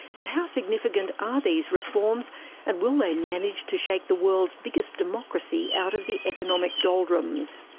but how significant are these reforms and will they manage to shake the world's biggest democracy out of the economic doldrums?